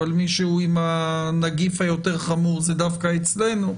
אבל מישהו עם הנגיף היותר חמור זה דווקא אצלנו.